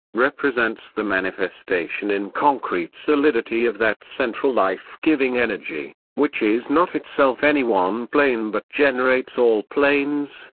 represents the manifestation in concrete solidity of that central life-giving energy, which is not itself any one plane but generates all planes,